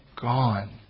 gone